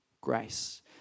grace